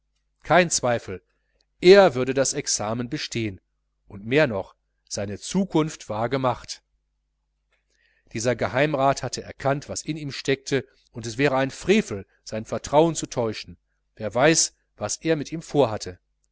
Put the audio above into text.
kein zweifel er würde das examen bestehen und mehr noch seine zukunft war gemacht dieser geheimrat hatte erkannt was in ihm steckte und es wäre ein frevel sein vertrauen zu täuschen wer weiß was er mit ihm vor